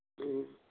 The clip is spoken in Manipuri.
ꯎꯝ